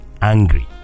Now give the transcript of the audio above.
angry